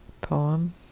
poem